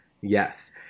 Yes